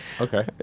Okay